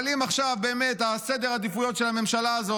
אבל אם עכשיו סדר העדיפויות של הממשלה הזו